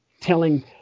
telling